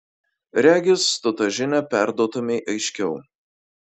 regis tu tą žinią perduotumei aiškiau